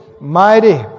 mighty